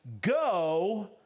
go